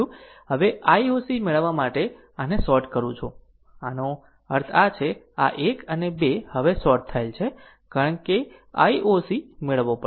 હવે I o c મેળવવા માટે આને શોર્ટ કરું છું આનો અર્થ આ છે આ 1 અને 2 હવે શોર્ટ થયેલ છે કારણ કે I o c મેળવવો પડશે